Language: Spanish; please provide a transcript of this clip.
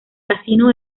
casino